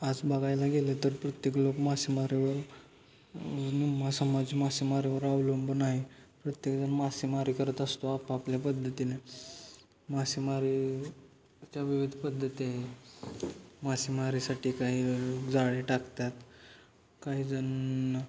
आज बघायला गेलं तर प्रत्येक लोक मासेमारीवर समाज मासेमारीवर अवलंबून आहे प्रत्येकजण मासेमारी करत असतो आपापल्या पद्धतीने मासेमारीच्या विविध पद्धती आहे मासेमारीसाठी काही जाळे टाकतात काही जण